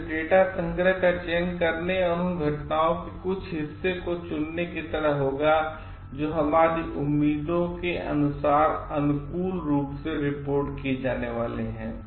इसलिए यह डेटा संग्रह का चयन करने या उन घटनाओं के कुछ हिस्से को चुनने की तरह होगा जोहमारी उम्मीदों के अनुसारअनुकूलरूप से रिपोर्टकिए जाने वाले हैं